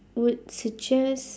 would suggest